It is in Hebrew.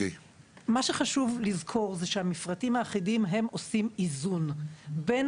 מה שחשוב לזכור זה שהמפרטים האחידים עושים איזון בין